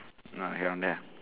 not around there